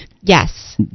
yes